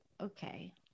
okay